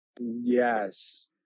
Yes